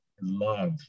love